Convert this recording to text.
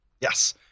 Yes